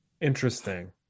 Interesting